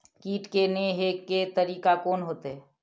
कीट के ने हे के तरीका कोन होते?